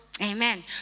Amen